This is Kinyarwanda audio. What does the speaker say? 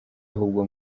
ahubwo